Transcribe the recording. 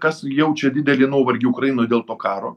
kas jaučia didelį nuovargį ukrainoj dėl to karo